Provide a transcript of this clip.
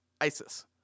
ISIS